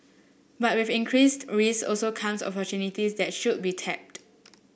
but with increased risks also come opportunities that should be tapped